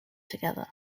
together